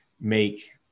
make